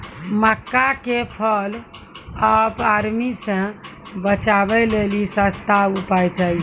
मक्का के fall of army से बचाबै लेली सस्ता उपाय चाहिए?